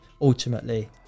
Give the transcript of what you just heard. Ultimately